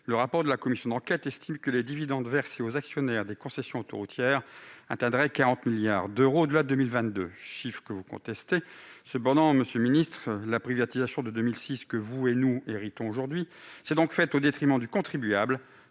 le rapport de la commission d'enquête indique que les dividendes versés aux actionnaires des concessions autoroutières devraient atteindre 40 milliards d'euros au-delà de 2022, chiffre que vous contestez. La privatisation de 2006 dont vous et nous héritons aujourd'hui s'est donc faite au détriment des contribuables,